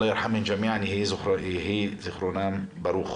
אללה ירחם אל ג'מיע, יהי זכרם ברוך.